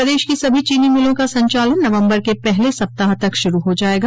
प्रदेश की सभी चीनी मिलों का संचालन नवम्बर के पहले सप्ताह तक शुरू हो जायेगा